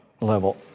level